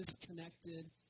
disconnected